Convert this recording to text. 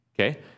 Okay